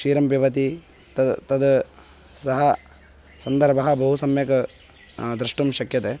क्षीरं पिबति तद् तद् सः सन्दर्भः बहु सम्यक् द्रष्टुं शक्यते